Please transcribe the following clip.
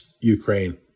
Ukraine